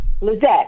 Lizette